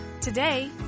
Today